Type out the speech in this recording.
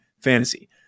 Fantasy